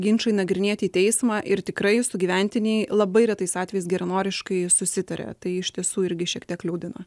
ginčai nagrinėti į teismą ir tikrai sugyventiniai labai retais atvejais geranoriškai susitaria tai iš tiesų irgi šiek tiek liūdina